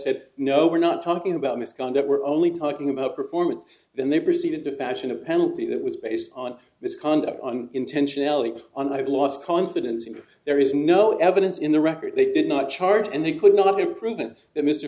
it no we're not talking about misconduct we're only talking about performance then they proceeded to fashion a penalty that was based on this conduct on intentionally on i've lost confidence and there is no evidence in the record they did not charge and they could not bear proof of that mr